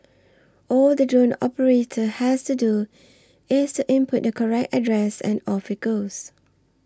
all the drone operator has to do is to input the correct address and off it goes